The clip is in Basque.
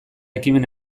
ekimen